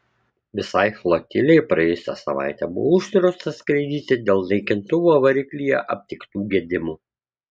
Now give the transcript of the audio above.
visai flotilei praėjusią savaitę buvo uždrausta skraidyti dėl naikintuvo variklyje aptiktų gedimų